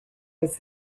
was